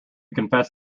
confess